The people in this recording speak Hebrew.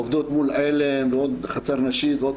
עובדות מול "עלם" ומול "החצר הנשית" ועוד